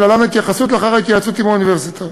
ולהלן ההתייחסות לאחר ההתייעצות עם האוניברסיטה: